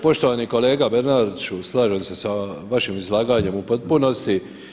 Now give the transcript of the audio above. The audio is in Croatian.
Poštovani kolega Bernardiću, slažem se s vašim izlaganjem u potpunosti.